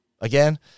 again